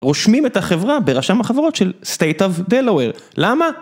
רושמים את החברה ברשם החברות של State of Delaware, למה?